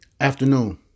afternoon